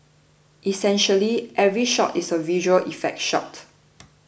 essentially every other shot is a visual effect shot